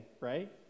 right